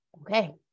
okay